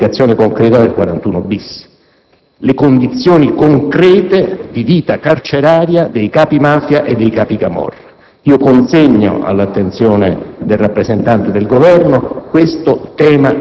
luogo, l'applicazione concreta dell'articolo 41-*bis*, le condizioni concrete di vita carceraria dei capimafia e dei capicamorra. Consegno all'attenzione del rappresentante del Governo